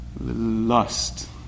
lust